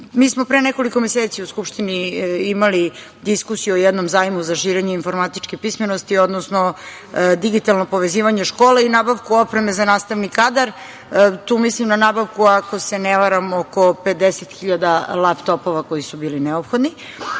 Mi smo pre nekoliko meseci u Skupštini imali diskusiju o jednom zajmu za širenje informatičke pismenosti, odnosno digitalno povezivanje škole i nabavku opreme za nastavni kadar. Tu mislim na nabavku, ako se ne varam, oko 50 hiljada laptopova koji su bili neophodni.